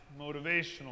motivational